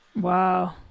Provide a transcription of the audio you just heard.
wow